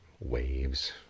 waves